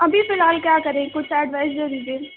ابھی فی الحال کیا کریں کچھ ایڈوائز دے دیجیے